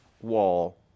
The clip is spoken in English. wall